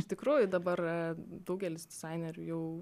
iš tikrųjų dabar daugelis dizainerių jau